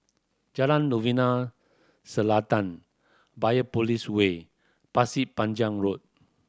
Jalan Novena Selatan Biopolis Way Pasir Panjang Road